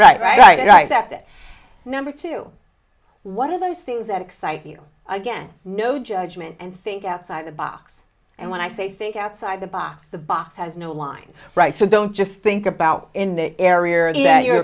right right right that it number two one of those things that excite you again no judgment and think outside the box and when i say think outside the box the box has no lines right so don't just think about in the area that you're